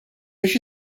biex